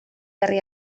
berri